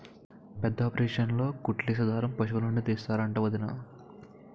పెద్దాపరేసన్లో కుట్లేసే దారం పశులనుండి తీస్తరంట వొదినా